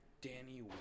danny